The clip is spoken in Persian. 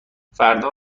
فردا